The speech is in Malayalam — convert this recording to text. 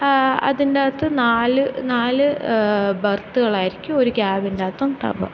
അതിൻറ്റകത്ത് നാല് നാല് ബർത്തുകളായിരിക്കും ഒരു ക്യാബിൻറ്റകത്തുണ്ടാവുക